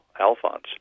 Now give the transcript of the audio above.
Alphonse